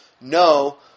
no